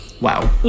Wow